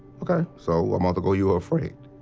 ok, so a month ago, you were afraid.